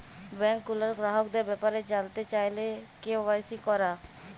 bank গুলার গ্রাহকদের ব্যাপারে জালতে চাইলে কে.ওয়াই.সি ক্যরা